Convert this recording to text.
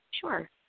Sure